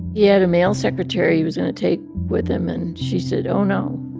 yeah had a male secretary he was going to take with him, and she said, oh, no.